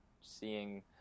seeing